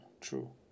True